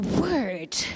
word